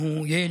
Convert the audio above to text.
אם הוא ילד,